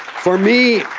for me,